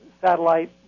satellite